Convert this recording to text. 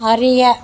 அறிய